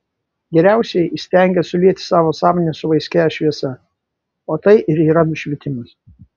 geriausieji įstengia sulieti savo sąmonę su vaiskiąja šviesa o tai ir yra nušvitimas